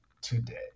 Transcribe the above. today